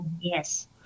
Yes